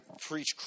preach